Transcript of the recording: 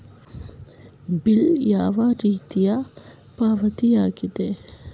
Bill ಯಾವ ರೀತಿಯ ಪಾವತಿಯಾಗಿದೆ?